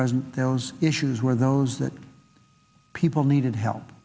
president those issues were those that people needed help